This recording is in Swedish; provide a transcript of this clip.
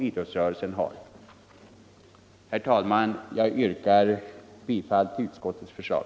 Herr talman! Jag yrkar bifall till utskottets förslag.